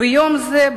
ביום זה,